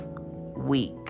Week